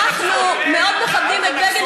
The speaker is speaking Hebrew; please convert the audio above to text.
אנחנו מאוד מכבדים את בגין,